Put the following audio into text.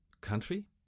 country